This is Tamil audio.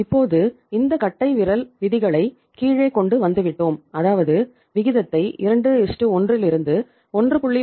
இப்போது இந்த கட்டைவிரல் விதிகளை கீழே கொண்டு வந்துவிட்டோம் அதாவது விகிதத்தை 21 ரிலிருந்து 1